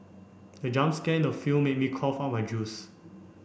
the jump scare in the film made me cough out my juice